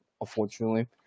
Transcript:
unfortunately